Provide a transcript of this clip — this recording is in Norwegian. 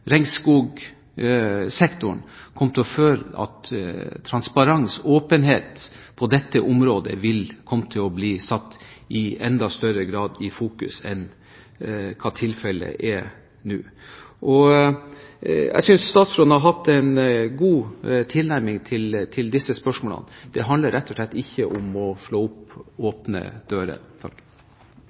regnskogsektoren, føre til at transparens – åpenhet – på dette området kommer til å bli satt i fokus i enda større grad enn hva tilfellet er nå. Jeg synes statsråden har hatt en god tilnærming til disse spørsmålene. Det handler rett og slett ikke om å «slå inn åpne dører». Representanten Ivar Kristiansen har tatt opp